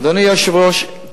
אדוני היושב-ראש,